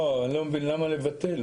לא, אני לא מבין למה לבטל.